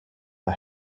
are